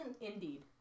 Indeed